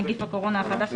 נגיף הקורונה החדש),